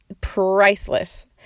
priceless